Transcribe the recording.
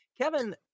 Kevin